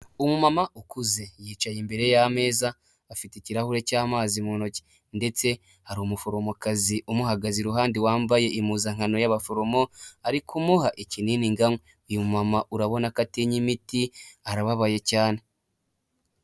Umumama ukuze yicaye imbere y'ameza afite ikirahure cy'amazi mu ntoki ndetse hari umuforomokazi umuhagaze iruhande wambaye impuzankano y'abaforomo, ari kumuha ikinini ngo anywe, uyu mumama urabona ko atinya imiti arababaye cyane.